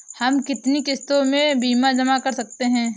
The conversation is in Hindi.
हम कितनी किश्तों में बीमा जमा कर सकते हैं?